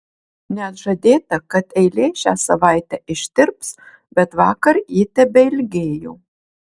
net žadėta kad eilė šią savaitę ištirps bet vakar ji tebeilgėjo